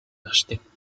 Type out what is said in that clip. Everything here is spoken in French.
architectes